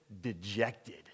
dejected